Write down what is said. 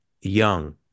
young